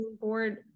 board